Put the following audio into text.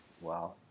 Wow